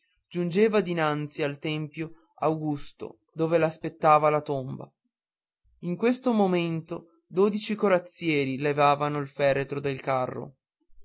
giungeva dinanzi al tempio augusto dove l'aspettava la tomba in questo momento dodici corazzieri levavano il feretro dal carro